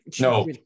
no